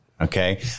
okay